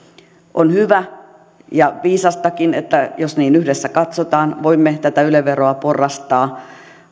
on hyvä ja viisastakin että jos niin yhdessä katsotaan voimme tätä yle veroa porrastaa